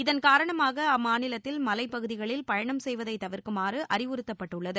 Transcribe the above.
இதன் காரணமாக அம்மாநிலத்தில் மலைப் பகுதிகளில் பயணம் செய்வதை தவிர்க்குமாறு அறிவுறுத்தப்பட்டுள்ளது